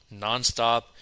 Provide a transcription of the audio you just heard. nonstop